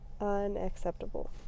Unacceptable